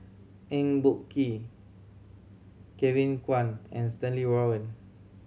Eng Boh Kee Kevin Kwan and Stanley Warren